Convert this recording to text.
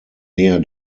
näher